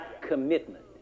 commitment